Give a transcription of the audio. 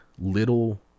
little